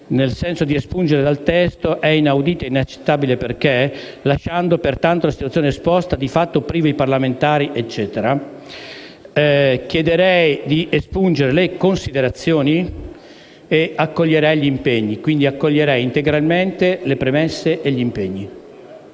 nel senso di espungere dal testo «è inaudita e inaccettabile, perché», lasciando «Pertanto, la situazione esposta, di fatto, priva i parlamentari»; chiederei di espungere le considerazioni e accoglierei gli impegni. Pertanto, accoglierei integralmente le premesse e gli impegni